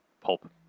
pulp